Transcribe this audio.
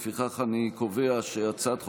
לפיכך, אני קובע שהצעת חוק-יסוד: